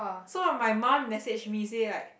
so my mum message me say like